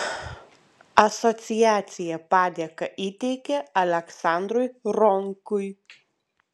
asociacija padėką įteikė aleksandrui ronkui